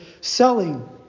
selling